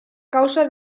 causa